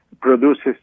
produces